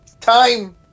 time